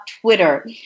Twitter